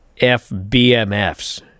FBMFs